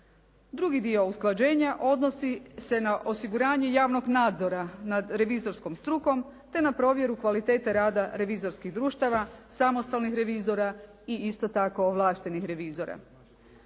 Drugi dio usklađenja odnosi se na osiguranje javnog nadzora nad revizorskom strukom te na provjeru kvalitete rada revizorskih društava, samostalnih revizora i isto tako ovlaštenih revizora.